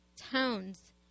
towns